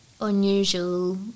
unusual